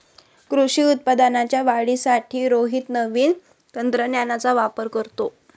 कृषी उत्पादनाच्या वाढीसाठी रोहित नवीन तंत्रज्ञानाचा वापर करतो